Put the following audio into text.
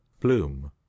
Bloom